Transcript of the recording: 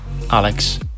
Alex